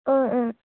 অঁ অঁ